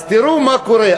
אז תראו מה קורה,